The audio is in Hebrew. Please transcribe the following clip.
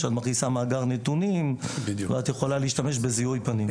כשאת מכניסה מאגר נתונים ואת יכולה להשתמש בזיהוי פנים.